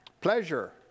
pleasure